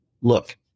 look